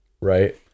right